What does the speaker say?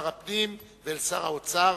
אל שר הפנים ואל שר האוצר.